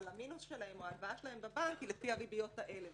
אבל המינוס שלהם או ההלוואה שלהם בבנק היא לפי הריביות האלה,